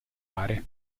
are